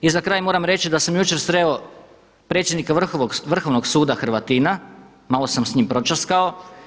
I za kraj moram reći da sam jučer sreo predsjednika Vrhovnog suda Hrvatina, malo sam s njim pročaskao.